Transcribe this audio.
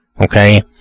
okay